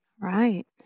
Right